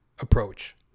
approach